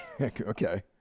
okay